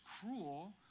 cruel